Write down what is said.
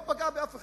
לא פגע באף אחד,